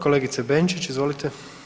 Kolegice Benčić, izvolite.